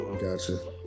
Gotcha